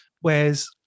whereas